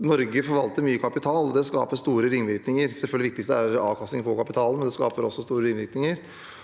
Norge forvalter mye kapital, og det skaper store ringvirkninger. Selvfølgelig er det viktigste avkastning på kapitalen, men det skaper store ringvirkninger,